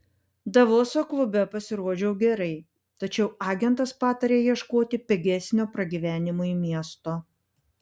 davoso klube pasirodžiau gerai tačiau agentas patarė ieškoti pigesnio pragyvenimui miesto